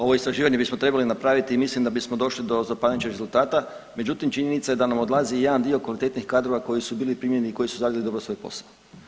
Ovo istraživanje bismo trebali napraviti i mislim da bismo došli do zapanjujućeg rezultata, međutim činjenica je da nam odlazi i jedan dio kvalitetnih kadrova koji su bili primljeni i koji su radili dobro svoj posao.